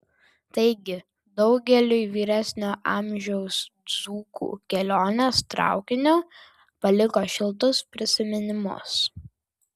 taigi daugeliui vyresnio amžiaus dzūkų kelionės traukiniu paliko šiltus prisiminimus